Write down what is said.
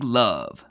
love